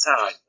time